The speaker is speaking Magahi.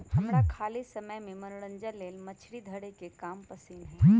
हमरा खाली समय में मनोरंजन लेल मछरी धरे के काम पसिन्न हय